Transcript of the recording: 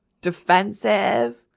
defensive